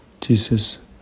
Jesus